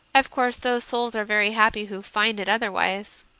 of course those souls are very happy who find it otherwise.